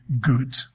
good